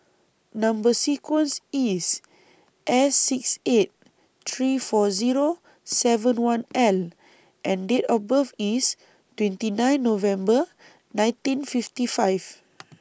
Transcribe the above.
Number sequence IS S six eight three four Zero seven one L and Date of birth IS twenty nine November nineteen fifty five